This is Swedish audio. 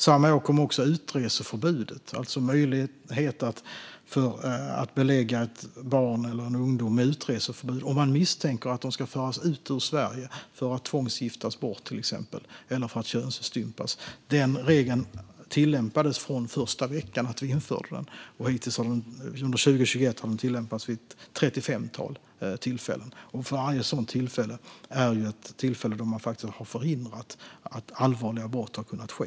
Samma år kom också utreseförbudet, alltså möjligheten att belägga barn och ungdomar med utreseförbud om man misstänker att de ska föras ut ur Sverige för att tvångsgiftas bort eller könsstympas. Denna regel tillämpades från första veckan den infördes, och under 2021 har den tillämpats vid ett trettiofemtal tillfällen. Vid varje sådant tillfälle har man förhindrat ett allvarligt brott från att ske.